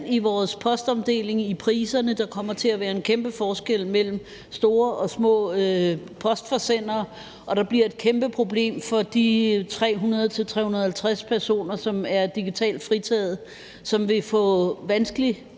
i forhold til priserne, hvor der kommer til at være en kæmpe forskel mellem store og små postforsendere, og der bliver et kæmpe problem for de omkring 300.000 personer, som er digitalt fritaget, og som vil få vanskeligt